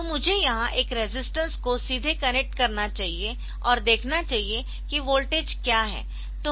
तो मुझे यहां एक रेजिस्टेंस को सीधे कनेक्ट करना चाहिए और देखना चाहिए कि वोल्टेज क्या है